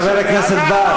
חבר הכנסת בר.